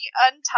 untie